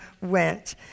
went